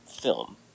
film